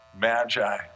Magi